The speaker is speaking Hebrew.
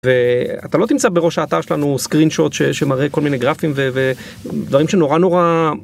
ואתה לא תמצא בראש האתר שלנו סקרין שוט שמראה כל מיני גרפים ודברים שנורא נורא.